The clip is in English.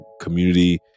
community